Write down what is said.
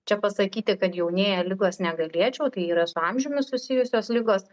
čia pasakyti kad jaunėja ligos negalėčiau tai yra su amžiumi susijusios ligos